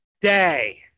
day